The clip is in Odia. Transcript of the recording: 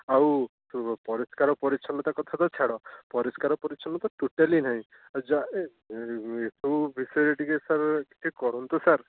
ଆଉ ପରିଷ୍କାର ପରିଚ୍ଛନ୍ନତା କଥା ତ ଛାଡ଼ ପରିଷ୍କାର ପରିଚ୍ଛନ୍ନ ତ ଟୋଟାଲି ନାଇଁ ଆଉ ଯା ଏ ସବୁ ବିଷୟରେ ଟିକେ ସାର୍ ଟିକେ କରନ୍ତୁ ସାର୍